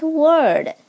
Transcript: word